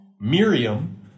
Miriam